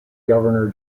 governor